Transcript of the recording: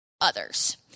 others